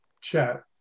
chat